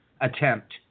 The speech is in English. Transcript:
attempt